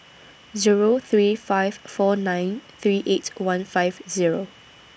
Zero three five four nine three eight one five Zero